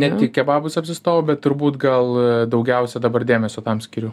ne tik kebabus apsistojau bet turbūt gal daugiausia dabar dėmesio tam skiriu